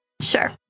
Sure